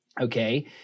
Okay